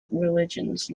religious